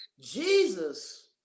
Jesus